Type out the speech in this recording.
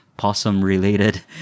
possum-related